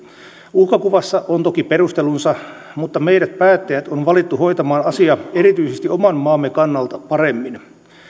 uhkakuvassa on toki perustelunsa mutta meidät päättäjät on valittu hoitamaan asia erityisesti oman maamme kannalta paremmin